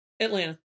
atlanta